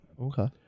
Okay